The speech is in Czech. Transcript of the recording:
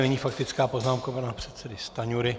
Nyní faktická poznámka pana předsedy Stanjury.